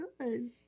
good